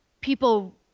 people